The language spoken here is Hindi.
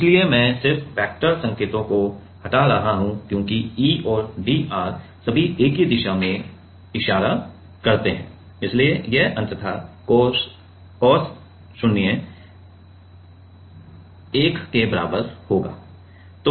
इसलिए मैं सिर्फ वेक्टर संकेतों को हटा रहा हूं क्योंकि E और d r सभी एक ही दिशा की ओर इशारा करते हैं इसलिए यह अंततः cos 0 1 होगा